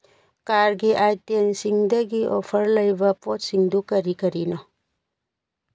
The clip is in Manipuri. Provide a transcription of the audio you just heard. ꯀꯥꯔꯒꯤ ꯑꯥꯏꯇꯦꯝꯁꯤꯡꯗꯒꯤ ꯑꯣꯐꯔ ꯂꯩꯕ ꯄꯣꯠꯁꯤꯡꯗꯨ ꯀꯔꯤ ꯀꯔꯤꯅꯣ